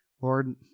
Lord